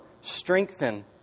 strengthen